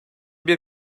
bir